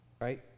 right